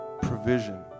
provision